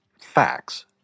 facts